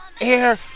air